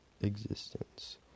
existence